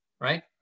right